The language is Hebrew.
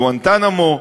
גואנטנמו.